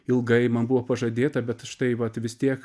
ilgai man buvo pažadėta bet štai vat vis tiek